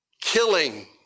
killing